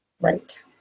Right